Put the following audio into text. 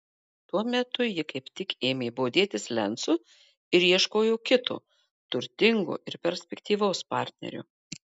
tuo metu ji kaip tik ėmė bodėtis lencu ir ieškojo kito turtingo ir perspektyvaus partnerio